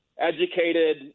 educated